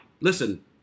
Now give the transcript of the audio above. listen